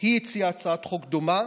היא הציעה הצעת חוק דומה.